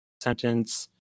sentence